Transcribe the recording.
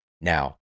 Now